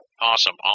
Awesome